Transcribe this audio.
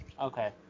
Okay